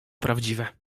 prawdziwe